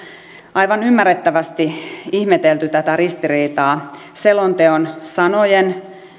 aivan ymmärrettävästi ihmetelty tätä ristiriitaa selonteon sanojen